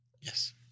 Yes